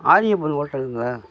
ஆரியபவன் ஹோட்டலுங்களா